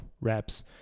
reps